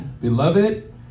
beloved